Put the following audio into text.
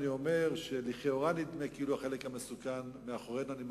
אני אומר שלכאורה נדמה שהחלק המסוכן מאחורינו.